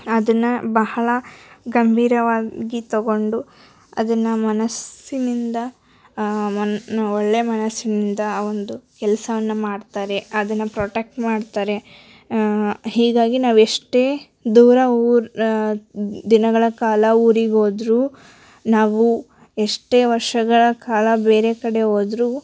ಅದನ್ನ ಬಹಳ ಗಂಭೀರವಾಗಿ ತಗೊಂಡು ಅದನ್ನ ಮನಸ್ಸಿನಿಂದ ಒಂದು ಒಳ್ಳೆಯ ಮನಸ್ಸಿನಿಂದ ಆ ಒಂದು ಕೆಲಸವನ್ನ ಮಾಡ್ತಾರೆ ಅದನ್ನ ಪ್ರೊಟೆಕ್ಟ್ ಮಾಡ್ತಾರೆ ಹೀಗಾಗಿ ನಾವು ಎಷ್ಟೇ ದೂರ ಊರು ದಿನಗಳ ಕಾಲ ಊರಿಗೆ ಹೋದ್ರೂ ನಾವು ಎಷ್ಟೇ ವರ್ಷಗಳ ಕಾಲ ಬೇರೆ ಕಡೆ ಹೋದ್ರೂ